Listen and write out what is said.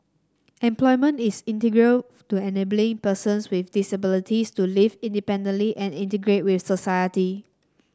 employment is integral to enabling persons with disabilities to live independently and integrate with society